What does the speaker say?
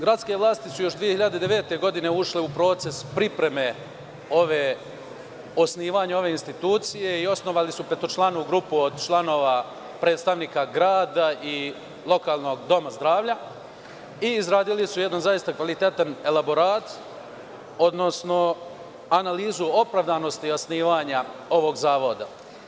Gradske vlasti su još 2009. godine ušle u proces pripreme osnivanja ove institucije i osnovali su petočlanu grupu od članova predstavnika grada i lokalnog doma zdravlja i izradili su jedan zaista kvalitetan elaborat, odnosno analizu opravdanosti osnivanja ovog zavoda.